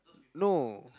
no